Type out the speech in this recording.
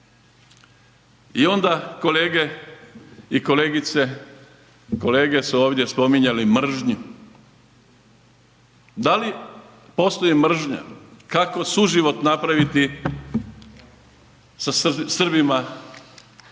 i onda kolege i kolegice, kolege su ovdje spominjali mržnju. Da li postoji mržnja, kako suživot napraviti sa Srbima?